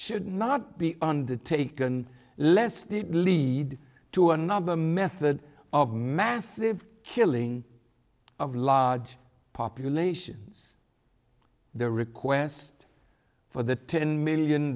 should not be undertaken less the lead to another method of massive killing of large populations the request for the ten million